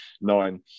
nine